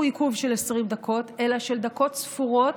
עיכוב של 20 דקות אלא של דקות ספורות,